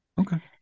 okay